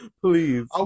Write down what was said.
Please